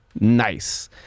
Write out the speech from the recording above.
Nice